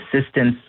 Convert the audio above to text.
assistance